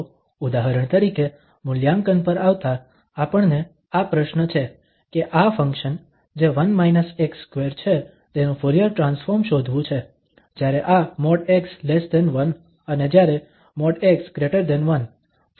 તો ઉદાહરણ તરીકે મૂલ્યાંકન પર આવતાં આપણને આ પ્રશ્ન છે કે આ ફંક્શન જે 1 x2 છે તેનું ફુરીયર ટ્રાન્સફોર્મ શોધવું છે જ્યારે આ |x|1 અને જ્યારે |x|1 ફંક્શન 0 છે